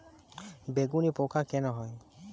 বেগুনে পোকা কেন হয়?